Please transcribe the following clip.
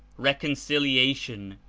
reconciliation,